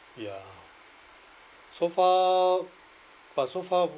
ya so far but so far